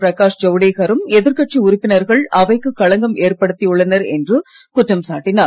பிரகாஷ் ஜவுடேகரும் எதிர்கட்சி உறுப்பினர்கள் அவைக்கு களங்கம் ஏற்படுத்தியுள்ளனர் என்றும் குற்றம் சாட்டினார்